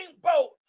boat